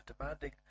demanding